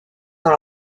dans